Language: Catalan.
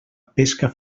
pesca